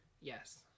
Yes